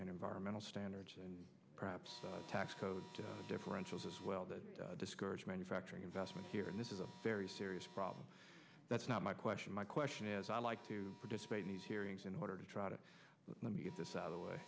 and environmental standards and perhaps tax code differentials as well that discourage manufacturing investment here and this is a very serious problem that's not my question my question is i'd like to participate in these hearings in order to try to let me get this other way